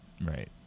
Right